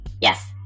Yes